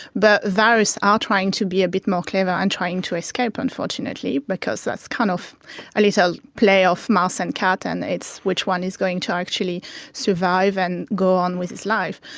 but viruses are trying to be a bit more clever and trying to escape unfortunately, because that's kind of a little play of mouse and cat, and it's which one is going to actually survive and go on with its life.